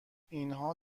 اینها